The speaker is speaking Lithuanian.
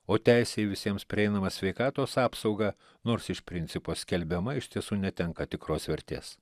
o teisė į visiems prieinamą sveikatos apsaugą nors iš principo skelbiama iš tiesų netenka tikros vertės